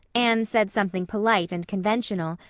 anne said something polite and conventional,